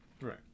right